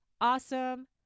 awesome